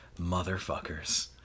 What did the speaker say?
Motherfuckers